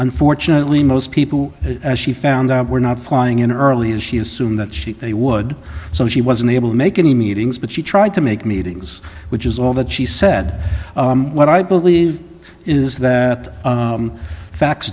unfortunately most people as she found out were not flying in early as she assumed that she they would so she was unable to make any meetings but she tried to make meetings which is all that she said what i believe is that the facts